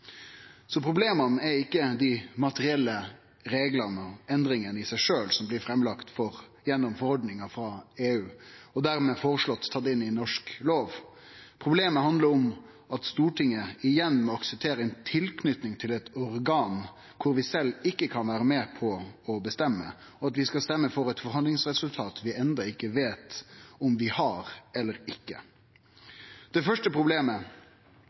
er ikkje dei materielle reglane og endringane i seg sjølve, som blir lagde fram gjennom forordninga frå EU og dermed føreslått tatt inn i norsk lov. Problemet handlar om at Stortinget igjen må akseptere tilknyting til eit organ der vi sjølve ikkje kan vere med på å bestemme, og at vi skal stemme for eit forhandlingsresultat som vi enno ikkje veit om vi har eller ikkje. Det første problemet